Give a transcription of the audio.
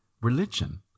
religion